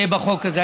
בחוק הזה.